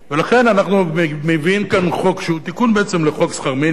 לכן אנחנו מביאים כאן חוק שהוא תיקון בעצם לחוק שכר מינימום.